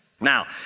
Now